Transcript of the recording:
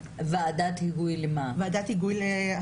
ישראל נמצאת במקום השלישי מלמטה ב-OECD בפערי שכר בין גברים לנשים.